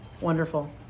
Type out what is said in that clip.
wonderful